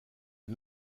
les